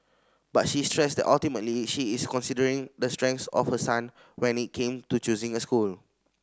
but she stressed that ultimately she is considering the strengths of her son when it came to choosing a school